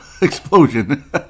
explosion